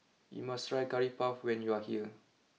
you must try Curry Puff when you are here